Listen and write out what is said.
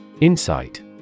Insight